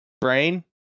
Brain